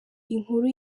inkuru